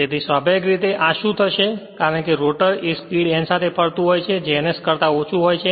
તેથી સ્વાભાવિક રીતે આ શું થશે કારણ કે રોટર એ સ્પીડ n સાથે ફરતું હોય છે જે ns કરતા ઓછું હોય છે